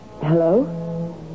Hello